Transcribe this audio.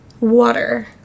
Water